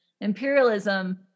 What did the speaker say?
imperialism